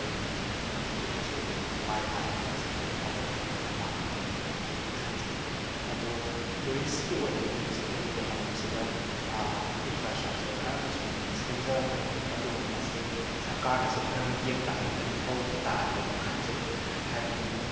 ꯑꯩꯅ ꯑꯩꯈꯣꯏ ꯃꯅꯤꯄꯨꯔꯁꯤꯁꯨ ꯃꯥꯏ ꯇꯥꯛꯏꯕꯁꯦ ꯑꯃꯨꯛ ꯍꯦꯟꯅ ꯃꯥꯏ ꯄꯥꯛꯍꯟꯒꯅꯦꯅ ꯑꯩ ꯈꯟꯖꯩ ꯑꯗꯣ ꯇꯨꯔꯤꯁꯀꯤ ꯑꯣꯏꯅꯗꯤ ꯍꯧꯖꯤꯛ ꯂꯩꯔꯤꯕ ꯂꯝꯁꯤꯗ ꯏꯟꯐ꯭ꯔꯥꯁ꯭ꯇ꯭ꯔꯛꯆꯔ ꯈꯔ ꯑꯃꯁꯨꯡ ꯁꯦꯝꯖꯈ꯭ꯔꯦ ꯑꯗꯨꯕꯨ ꯃꯁꯦ ꯁꯔꯀꯥꯔꯅꯁꯨ ꯈꯔ ꯃꯤꯠꯌꯦꯡ ꯇꯥꯕꯤꯕꯒꯤ ꯃꯊꯧ ꯇꯥꯔꯤꯅ ꯈꯟꯖꯩ ꯍꯥꯏꯕꯗꯤ